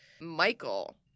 Michael